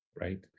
right